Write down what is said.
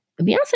Beyonce